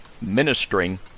ministering